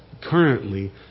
currently